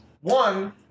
one